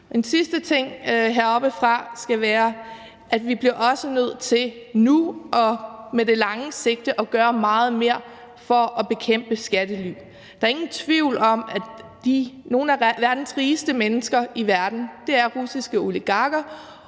En sidste ting heroppefra skal være, at vi også bliver nødt til nu og på lang sigt at gøre meget mere for at bekæmpe skattely. Der er ingen tvivl om, at nogle af verdens rigeste mennesker er russiske oligarker,